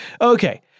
Okay